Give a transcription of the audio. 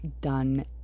done